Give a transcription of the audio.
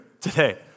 today